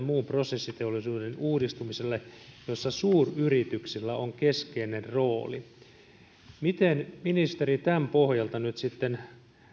muun prosessiteollisuuden uudistumiselle jossa suuryrityksillä on keskeinen rooli miten ministeri tämän pohjalta nyt sitten